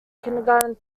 kindergarten